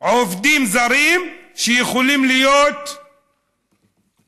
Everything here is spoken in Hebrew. עובדים זרים שיכולים להיות אחלה.